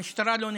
המשטרה לא נכנסה.